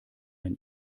ein